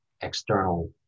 external